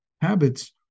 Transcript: Habits